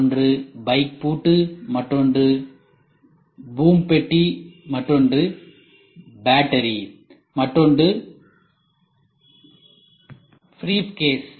ஒன்று பைக் பூட்டு மற்றொன்று பூம் பெட்டி மற்றொன்று பேட்டரி மற்றொன்று பிரீஃப்கேஸ்